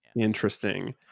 Interesting